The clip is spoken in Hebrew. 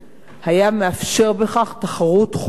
היה מאפשר בכך תחרות חופשית